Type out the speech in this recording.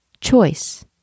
Choice